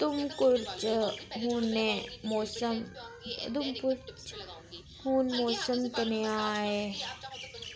तुमकुर च हुनै मौसम उधमपुर च हून मौसम कनेहा ऐ